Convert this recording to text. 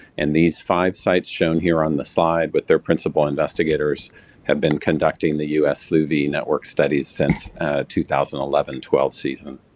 and these five sites shown here on the slide with their principle investigators have been conducting the us flu v network studies since two thousand and eleven twelve season.